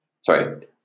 sorry